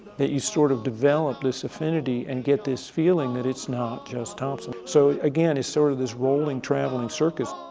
that you sort of develop this affinity and get this feeling that it's not just thompson. so again, he's sort of this rolling traveling circus.